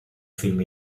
film